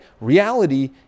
Reality